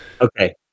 Okay